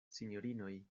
sinjorinoj